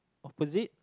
opposite